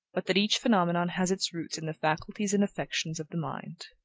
but that each phenomenon has its roots in the faculties and affections of the mind.